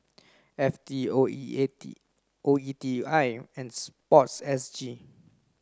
F T O E I T O E T I and sport S G